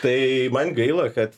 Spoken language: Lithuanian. tai man gaila kad